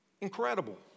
incredible